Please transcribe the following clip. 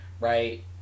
right